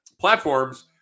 platforms